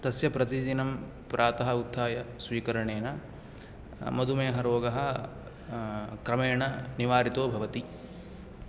तस्य प्रतिदिनं प्रातः उत्थाय स्वीकरणेन मधुमेहः रोगः क्रमेण निवारितो भवति